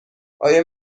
آیا